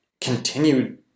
continued